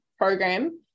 program